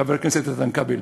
חבר הכנסת איתן כבל,